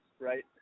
right